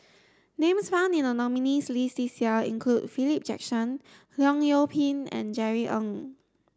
names found in the nominees' list this year include Philip Jackson Leong Yoon Pin and Jerry Ng